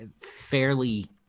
fairly